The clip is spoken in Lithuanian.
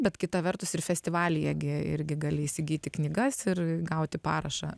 bet kita vertus ir festivalyje gi irgi gali įsigyti knygas ir gauti parašą